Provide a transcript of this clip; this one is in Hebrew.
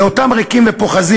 לאותם ריקים ופוחזים,